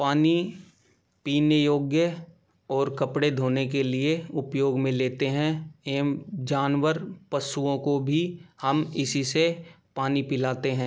पानी पीने योग्य और कपड़े धोने के लिए उपयोग में लेते हैं एवं जानवर पशुओं को भी हम इसी से पानी पिलाते हैं